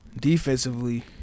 defensively